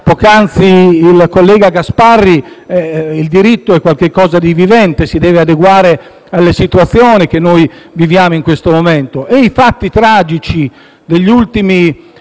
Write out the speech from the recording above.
poc'anzi il collega Gasparri - è qualche cosa di vivente, si deve adeguare alle situazioni che noi viviamo in questo momento. I fatti tragici degli ultimi